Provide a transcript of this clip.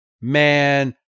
Man